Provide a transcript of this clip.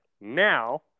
now